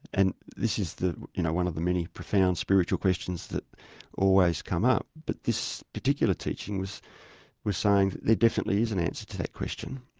and this is you know one of the many profound spiritual questions that always come up, but this particular teaching was was saying there definitely is an answer to that question.